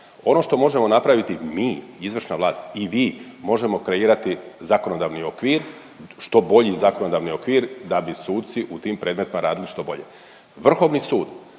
Ono što možemo napraviti mi izvršna vlast i vi, možemo kreirati zakonodavni okvir što bolji zakonodavni okvir da bi suci u tim predmetima radili što bolje. Vrhovni sud,